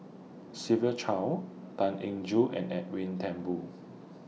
Siva Choy Tan Eng Joo and Edwin Thumboo